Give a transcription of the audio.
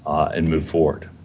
and move forward.